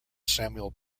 samuel